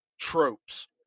tropes